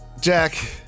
Jack